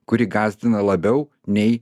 kuri gąsdina labiau nei